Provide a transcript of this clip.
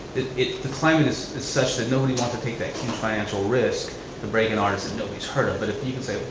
the climate is such that nobody wants to take that huge financial risk to bring an artist that nobody's heard of. but if you can say,